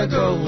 go